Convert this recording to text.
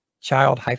child